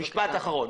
משפט אחרון.